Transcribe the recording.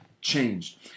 changed